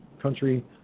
country